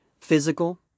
physical